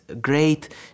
great